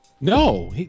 No